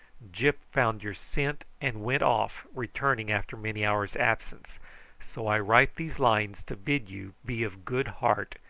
gyp found your scent and went off, returning after many hours' absence so i write these lines to bid you be of good heart,